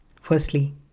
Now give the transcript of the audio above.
Firstly